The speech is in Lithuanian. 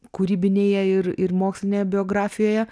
kūrybinėje ir ir mokslinėje biografijoje